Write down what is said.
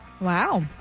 Wow